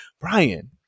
Brian